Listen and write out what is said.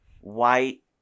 white